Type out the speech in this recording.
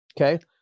Okay